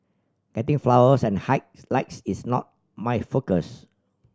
getting followers and hike likes is not my focus